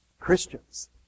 Christians